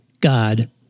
God